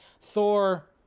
Thor